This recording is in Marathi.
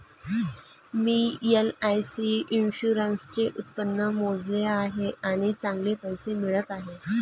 मी एल.आई.सी इन्शुरन्सचे उत्पन्न मोजले आहे आणि चांगले पैसे मिळत आहेत